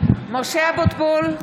משה אבוטבול,